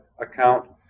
account